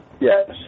Yes